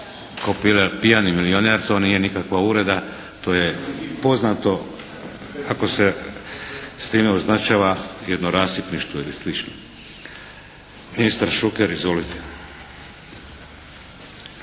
k'o pijani milijuner, to nije nikakva uvreda. To je poznato, ako se s time označava jedno rasipništvo ili slično. Ministar Šuker. Izvolite!